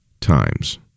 times